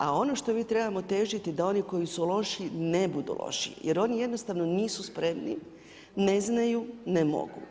A ono što mi trebamo težiti da oni koji su lošiji ne budu lošiji, jer oni jednostavno nisu spremni, ne znaju, ne mogu.